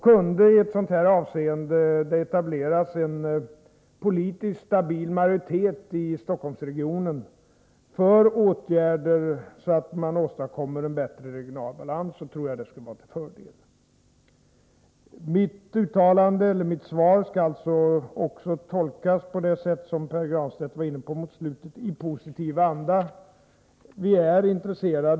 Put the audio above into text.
Kunde det i ett sådant här avseende etableras en politiskt stabil majoritet i Stockholmsregionen för åtgärder för att åstadkomma en bättre regional balans, tror jag att det skulle vara en fördel. Mitt svar skall alltså tolkas på det sätt som Pär Granstedt var inne på i slutet av sitt anförande, dvs. i positiv anda.